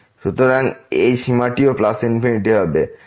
সুতরাং এই সীমাটিও প্লাস ইনফিনিটি হবে